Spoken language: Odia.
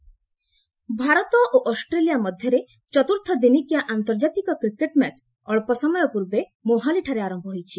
କ୍ରିକେଟ୍ ଭାରତ ଓ ଅଷ୍ଟ୍ରେଲିଆ ମଧ୍ୟରେ ଚତୁର୍ଥ ଦିନିକିଆ ଆନ୍ତର୍ଜାତିକ କ୍ରିକେଟ୍ ମ୍ୟାଚ୍ ଅକ୍ଷ ସମୟ ପୂର୍ବେ ମୋହାଲିଠାରେ ଆରମ୍ଭ ହୋଇଛି